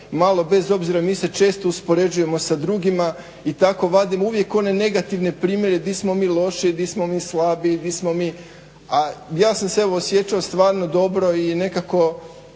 malo bez obzira mi se često uspoređujemo sa drugima i tako vadimo uvijek one negativne primjere di smo mi lošiji, di smo mi slabiji, di smo mi. A ja sam se evo osjećao stvarno dobro i nekako